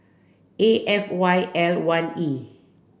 A F Y L one E